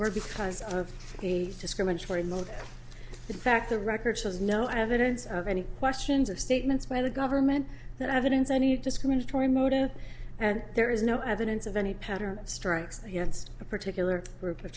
were because of the discriminatory motive in fact the record shows no evidence of any questions of statements by the government that evidence any discriminatory motive and there is no evidence of any pattern of strikes against a particular group of